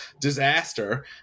disaster